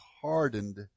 hardened